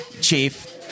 Chief